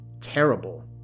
terrible